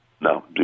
No